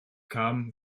kam